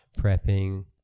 prepping